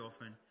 often